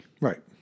Right